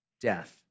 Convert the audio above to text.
Death